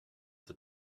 the